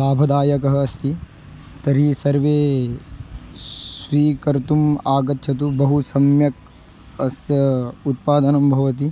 लाभदायकः अस्ति तर्हि सर्वे स्वीकर्तुम् आगच्छतु बहु सम्यक् अस्य उत्पादनं भवति